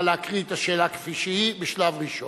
נא להקריא את השאלה כפי שהיא, בשלב ראשון.